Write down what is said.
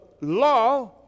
law